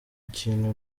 ikintu